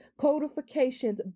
codifications